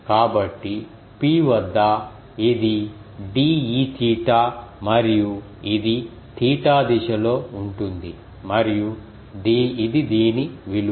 కాబట్టి P వద్ద ఇది dEθ మరియు ఇది తీటా దిశలో ఉంటుంది మరియు ఇది దీని విలువ